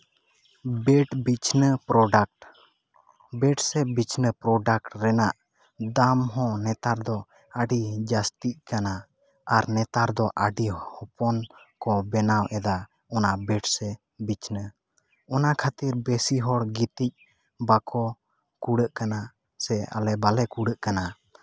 bed ᱵᱤᱪᱷᱱᱟᱹ product bed ᱥᱮ ᱵᱤᱪᱷᱱᱟᱹ ᱯᱨᱚᱰᱟᱠᱴ ᱨᱮᱱᱟᱜ ᱫᱟᱢ ᱦᱚᱸ ᱱᱮᱛᱟᱨ ᱫᱚ ᱟᱹᱰᱤ ᱡᱟᱹᱥᱛᱤᱜ ᱠᱟᱱᱟ ᱟᱨ ᱱᱮᱛᱟᱨ ᱫᱚ ᱟᱹᱰᱤ ᱦᱚᱯᱚᱱ ᱠᱚ ᱵᱮᱱᱟᱣ ᱮᱫᱟ ᱚᱱᱟ ᱵᱮᱰ ᱥᱮ ᱵᱤᱪᱷᱱᱟᱹ ᱚᱱᱟ ᱠᱷᱟᱹᱛᱤᱨ ᱵᱮᱥᱤ ᱦᱚᱲ ᱜᱤᱛᱤᱡ ᱵᱟᱠᱚ ᱠᱩᱞᱟᱹᱜ ᱠᱟᱱᱟ ᱥᱮ ᱟᱞᱮ ᱵᱟᱞᱮ ᱠᱩᱞᱟᱹᱜ ᱠᱟᱱᱟ